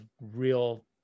real